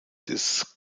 des